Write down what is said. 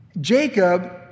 Jacob